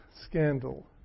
Scandal